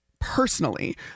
personally